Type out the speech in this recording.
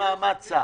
סגן שר במעמד שר.